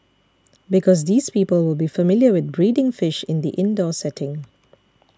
because these people will be familiar with breeding fish in the indoor setting